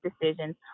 decisions